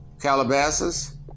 Calabasas